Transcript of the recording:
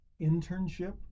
internship